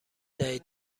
دهید